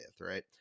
right